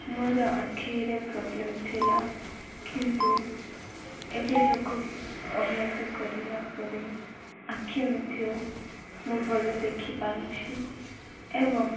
ମୋର ଆଖିରେ ପ୍ରୋବ୍ଲେମ୍ ଥିଲା କିନ୍ତୁ ଏବେ ଯୋଗ ଅଭ୍ୟାସ କରିଲା ପରେ ଆଖି ମଧ୍ୟ ମୁଁ ଭଲ ଦେଖିପାରୁଛି ଏବଂ